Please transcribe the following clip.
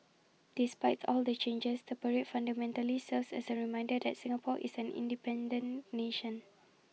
despite all the changes the parade fundamentally serves as A reminder that Singapore is an independent nation